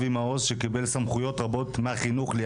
והוא קיבל לידיו סמכויות רבות בחינוך.